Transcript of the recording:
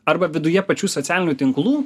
arba viduje pačių socialinių tinklų